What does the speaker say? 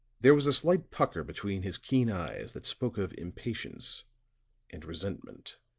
there was a slight pucker between his keen eyes that spoke of impatience and resentment.